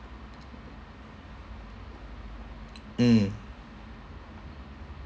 mm